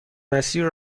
مسیر